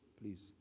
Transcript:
please